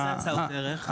מה זה הצעות ערך?